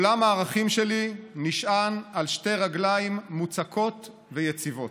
עולם הערכים שלי נשען על שתי רגליים מוצקות ויציבות.